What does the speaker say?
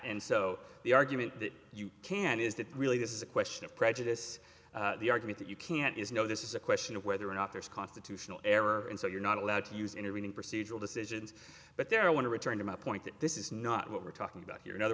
and so the argument that you can't is that really this is a question of prejudice the argument that you can't is no this is a question of whether or not there's constitutional error and so you're not allowed to use intervening procedural decisions but there i want to return to my point that this is not what we're talking about here in other